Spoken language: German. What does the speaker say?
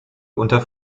unter